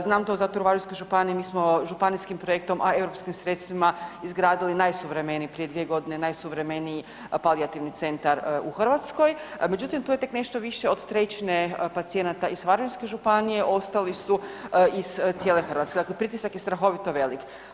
Znam to jer u Varaždinskoj županiji mi smo županijskim projektom, a europskim sredstvima izgradili najsuvremeniji prije dvije godine najsuvremeniji palijativni centar u Hrvatskoj, međutim to je tek nešto više od trećine pacijenata iz Varaždinske županije, ostali su iz cijele Hrvatske, dakle pritisak je strahovito velik.